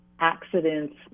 accidents